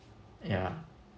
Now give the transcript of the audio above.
yeah